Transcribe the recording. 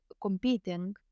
competing